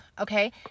Okay